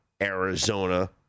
Arizona